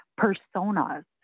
personas